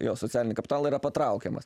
jo socialinį kapitalą yra patraukiamas